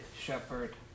shepherd